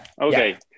Okay